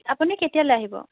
আপুনি কেতিয়ালৈ আহিব